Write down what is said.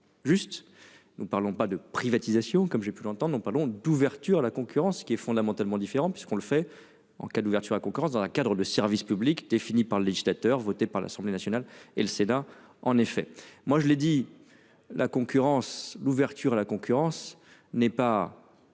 nous parlons pas de privatisation comme j'ai plus longtemps. Non, parlons d'ouverture à la concurrence qui est fondamentalement différent puisqu'on le fait en cas d'ouverture à concurrence dans la cadre de service public définies par le législateur, voté par l'Assemblée nationale et le Sénat. En effet, moi je l'ai dit, la concurrence, l'ouverture à la concurrence n'est pas.